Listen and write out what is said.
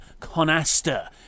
Conaster